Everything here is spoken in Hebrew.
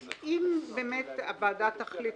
אם הוועדה תחליט,